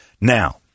Now